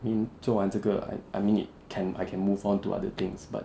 mean 做完这个 I mean it can I can move on to other things but